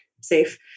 safe